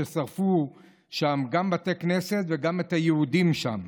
ששרפו שם גם בתי כנסת וגם את היהודים שם,